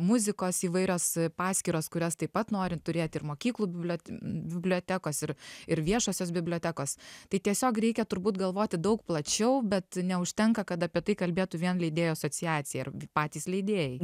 muzikos įvairios e paskyros kurias taip pat nori turėti ir mokyklų bibliot bibliotekos ir ir viešosios bibliotekos tai tiesiog reikia turbūt galvoti daug plačiau bet neužtenka kad apie tai kalbėtų vien leidėjų asociacija ir patys leidėjai